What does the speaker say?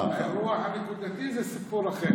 האירוע הנקודתי זה סיפור אחר.